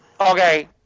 Okay